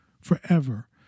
forever